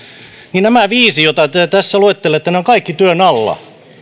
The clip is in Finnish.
mutta nämä viisi joita te tässä luettelette ovat kaikki työn alla paitsi